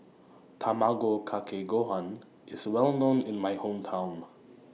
Tamago Kake Gohan IS Well known in My Hometown